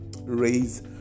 raise